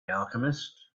alchemist